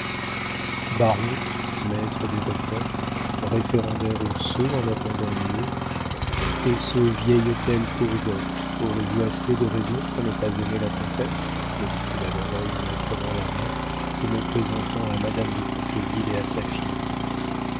baron maître des requêtes référendaire au sceau en attendant mieux et ce vieil hôtel pour dot aurez-vous assez de raisons pour ne pas aimer la comtesse me dit-il à l'oreille en me prenant la main et me présentant à madame de courteville et à sa fille